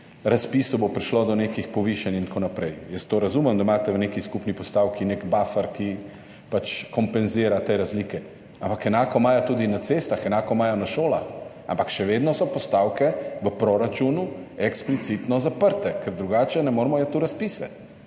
razpisu prišlo do nekih povišanj in tako naprej. Jaz razumem to, da imate v neki skupni postavki nek buffer, ki kompenzira te razlike, ampak enako imajo tudi na cestah, enako imajo na šolah, ampak še vedno so postavke v proračunu eksplicitno zaprte, ker drugače ne moremo iti v razpise.